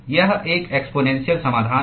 यह एक एक्स्पोनेन्शल समाधान है